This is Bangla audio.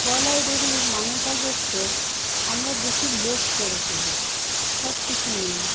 গলায় দড়ি মানেটা হচ্ছে আমরা বেশি লোভ করে ফেলি সব কিছু নিয়ে